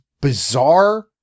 bizarre